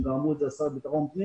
והם אמרו את זה גם לשר לביטחון הפנים